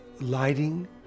lighting